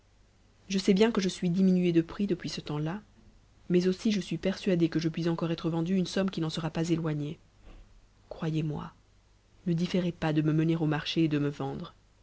je sais bien que je suis diminuée de prix depuis ce temps-là mais aussi je suis persuadée que je puis être encore vendue une somme qui n'en sera pas éloignée croyez-moi ne différez pas de me mener au marché et de me vendre